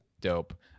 dope